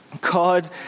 God